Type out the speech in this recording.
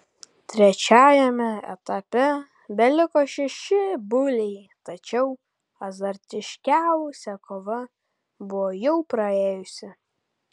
trečiajame etape beliko šeši buliai tačiau azartiškiausia kova buvo jau praėjusi